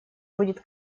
будет